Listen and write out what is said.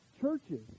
churches